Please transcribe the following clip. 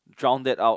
drown that out